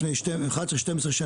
לפני 11 או 12 שנים,